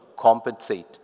compensate